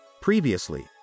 Previously